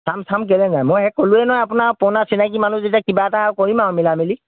কাম চাম কেনেকৈ মই এই ক'লোৱেই নহয় আপোনাক পুৰণা চিনাকি মানুহ যেতিয়া কিবা এটা কৰিম আৰু মিলা মিলি